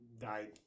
died